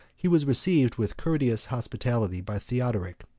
he was received with courteous hospitality by theodoric,